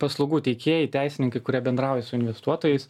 paslaugų teikėjai teisininkai kurie bendrauja su investuotojais